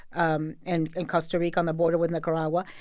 um and in costa rica on the border with nicaragua.